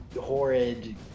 horrid